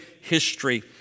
history